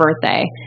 birthday